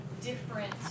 different